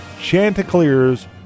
Chanticleers